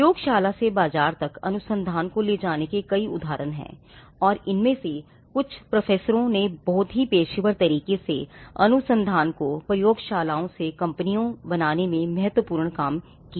प्रयोगशाला से बाजार तक अनुसंधान को ले जाने के कई उदाहरण हैं और इनमें से कुछ प्रोफेसरों ने बहुत ही पेशेवर तरीक़े से अनुसंधान को प्रयोगशालाओं से कंपनियों बनाने में महत्वपूर्ण काम किया है